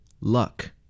Luck